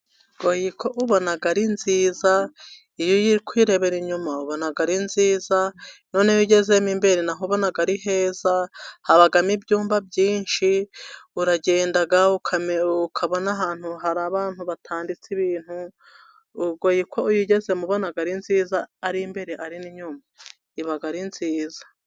Goyiko ubona ari nziza, iyo uri kuyirebera inyuma ubona ari nziza, noneho iyo ugezemo imbere naho ubona ari heza, habamo ibyumba byinshi uragenda ukabona ahantu hari abantu batanditse ibintu, Goyiko uyigezemo ubona ari nziza ari imbere ari n' inyuma ubona ari nziza.